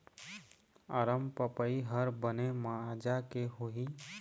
अरमपपई हर बने माजा के होही?